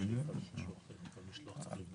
אני רוצה לומר